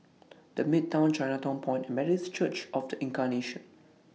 The Midtown Chinatown Point and Methodist Church of The Incarnation